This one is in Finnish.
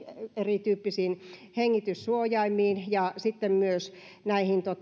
erityyppisiin hengityssuojaimiin ja sitten myös näihin